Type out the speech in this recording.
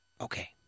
Okay